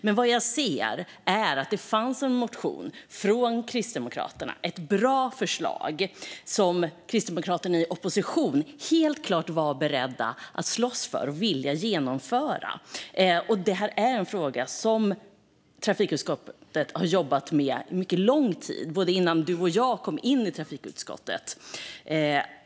Men vad jag ser är att det fanns en motion från Kristdemokraterna med ett bra förslag som Kristdemokraterna i opposition helt klart var beredda att slåss för och vilja genomföra. Detta är en fråga som trafikutskottet har jobbat med under mycket lång tid, innan Magnus Oscarsson och jag kom in i trafikutskottet.